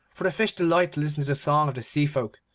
for the fish delight to listen to the song of the sea folk,